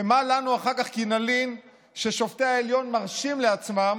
ומה לנו אחר כך כי נלין ששופטי העליון מרשים לעצמם